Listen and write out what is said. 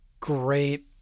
Great